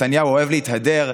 נתניהו אוהב להתהדר,